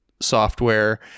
software